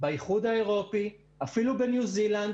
באיחוד האירופי ואפילו בניו-זילנד